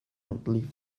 outlive